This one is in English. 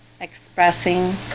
expressing